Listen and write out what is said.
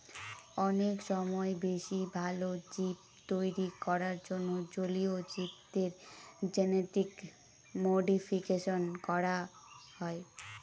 অনেক সময় বেশি ভালো জীব তৈরী করার জন্য জলীয় জীবদের জেনেটিক মডিফিকেশন করা হয়